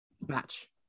match